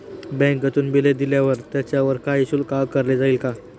बँकेतून बिले दिल्यावर त्याच्यावर काही शुल्क आकारले जाईल का?